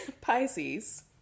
Pisces